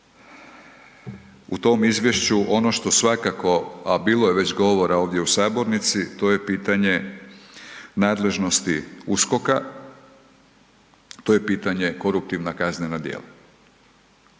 u tom izvješću ono što svakako a bilo je već govora ovdje u sabornici, to je pitanje nadležnosti USKOK-a, to je pitanje koruptivna kaznena djela.